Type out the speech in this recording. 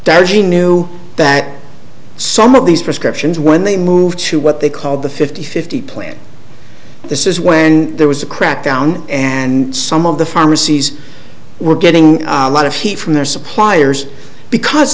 gene knew that some of these prescriptions when they moved to what they called the fifty fifty plan this is when there was a crackdown and some of the pharmacies were getting a lot of heat from their suppliers because